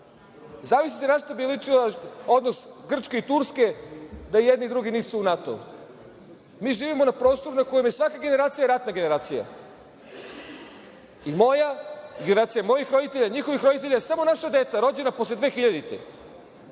na šta bi ličio odnos Grčke i Turske da jedni i drugi nisu u NATO-u. Mi živimo na prostoru na kojem je svaka generacija ratna generacija. I moja i generacija mojih roditelja, njihovih roditelja, samo naša deca rođena posle 2000.